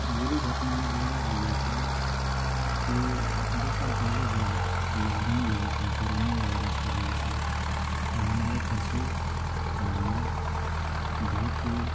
बुरी घटना यह आ गया था कि दो साल पहले जब लॉकडाउन लगा था कोरोना वायरस के वजह से तब हमारे पशु जानवर बहोत ही